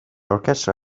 orchestra